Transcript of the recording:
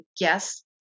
yes